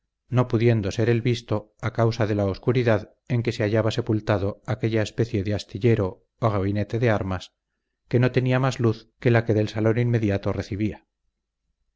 no pudiendo ser él visto a causa de la oscuridad en que se hallaba sepultado aquella especie de astillero o gabinete de armas que no tenía más luz que la que del salón inmediato recibía